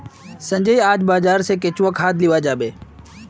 संजय आइज बाजार स केंचुआ खाद लीबा जाबे